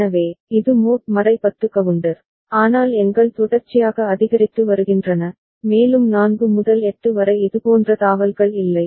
எனவே இது mod 10 counter ஆனால் எண்கள் தொடர்ச்சியாக அதிகரித்து வருகின்றன மேலும் 4 முதல் 8 வரை இதுபோன்ற தாவல்கள் இல்லை